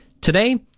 Today